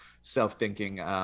self-thinking